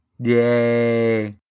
Yay